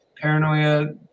paranoia